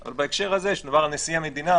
אבל בהקשר הזה נשיא המדינה,